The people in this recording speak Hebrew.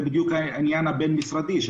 זה בדיוק העניין הבין-משרדי.